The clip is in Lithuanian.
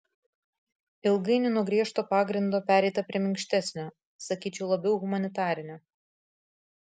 ilgainiui nuo griežto pagrindo pereita prie minkštesnio sakyčiau labiau humanitarinio